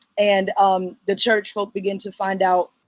and um the church folk began to find out,